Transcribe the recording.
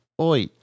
Oi